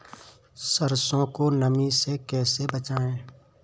सरसो को नमी से कैसे बचाएं?